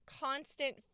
constant